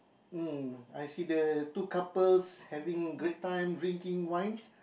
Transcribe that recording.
um I see the two couples having great time drinking wine